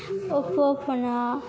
अप्प' फ'नआ